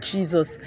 Jesus